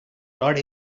not